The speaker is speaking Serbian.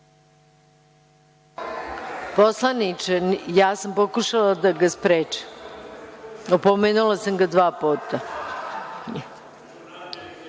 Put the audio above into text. Poslaniče, ja sam pokušala da ga sprečim. Opomenula sam ga dva puta.